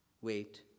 Wait